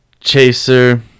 Chaser